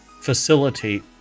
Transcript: facilitate